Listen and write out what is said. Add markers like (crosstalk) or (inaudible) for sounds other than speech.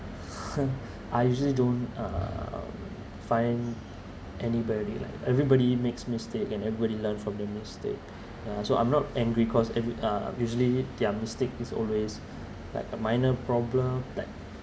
(noise) I usually don't uh find anybody like everybody makes mistake and everybody learn from their mistake so I'm not angry cause every uh usually their mistake is always like a minor problem like